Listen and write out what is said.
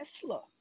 Tesla